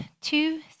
two